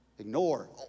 Ignore